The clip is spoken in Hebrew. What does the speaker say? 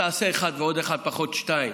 תעשה אחד ועוד אחד פחות שתיים